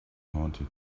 haunted